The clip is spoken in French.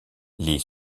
les